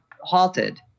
halted